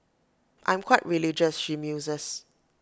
I'm quite religious she muses